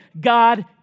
God